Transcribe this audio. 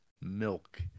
milk